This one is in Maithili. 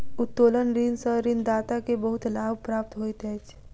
उत्तोलन ऋण सॅ ऋणदाता के बहुत लाभ प्राप्त होइत अछि